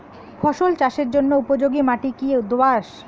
ফসল চাষের জন্য উপযোগি মাটি কী দোআঁশ?